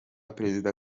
perezida